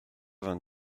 vingt